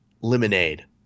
lemonade